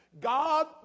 God